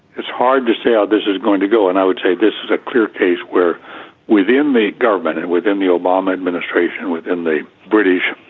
it's hard to say how this is going to go, and i would say that this, is a clear case where within the government, and within the obama administration, within the british,